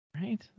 Right